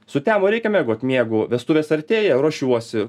sutemo reikia miegot miegu vestuvės artėja ruošiuosi